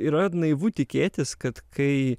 yra naivu tikėtis kad kai